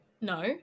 no